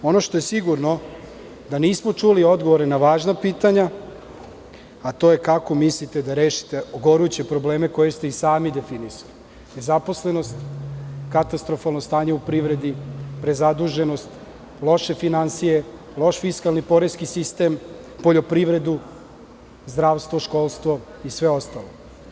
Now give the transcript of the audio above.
Ono što je sigurno je da nismo čuli odgovore na važna pitanja, a to je – kako mislite da rešite goruće probleme koje ste i sami definisali, nezaposlenost, katastrofalno stanje u privredi, prezaduženost, loše finansije, loš fiskalni poreski sistem, poljoprivredu, zdravstvo, školstvo i sve ostalo.